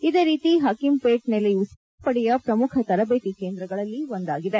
ಇದೇ ರೀತಿ ಹಕೀಂಪೇಟ್ ನೆಲಯೂ ಸಹ ವಾಯುಪಡೆಯ ಪ್ರಮುಖ ತರಬೇತಿ ಕೇಂದ್ರಗಳಲ್ಲಿ ಒಂದಾಗಿದೆ